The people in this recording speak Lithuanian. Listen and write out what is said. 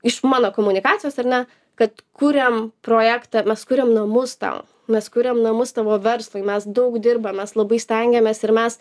iš mano komunikacijos ar ne kad kuriam projektą mes kuriam namus tau mes kuriam namus tavo verslui mes daug dirbam mes labai stengiamės ir mes